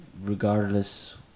regardless